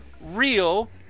real